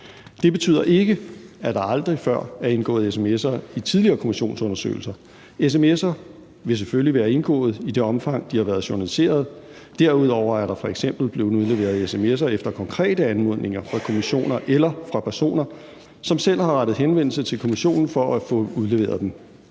Det betyder ikke, at der aldrig før er indgået sms'er i tidligere kommissionsundersøgelser. Sms'er vil selvfølgelig være indgået i det omfang, de har været journaliseret. Derudover er der f.eks. blevet udleveret sms'er efter konkrete anmodninger fra kommissioner eller fra personer, som selv har rettet henvendelse til kommissionen for at få udleveret dem.